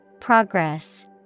Progress